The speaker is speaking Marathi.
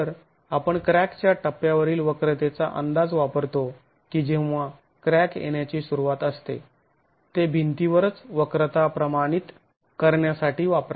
तर आपण क्रॅकच्या टप्प्यावरील वक्रतेचा अंदाज वापरतो की जेव्हा क्रॅक येण्याची सुरुवात असते ते भिंतीवरच वक्रता प्रमाणित करण्यासाठी वापरा